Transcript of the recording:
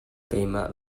keimah